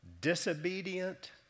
disobedient